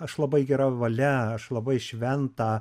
aš labai gera valia aš labai šventą